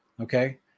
okay